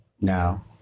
Now